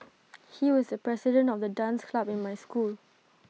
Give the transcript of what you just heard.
he was the president of the dance club in my school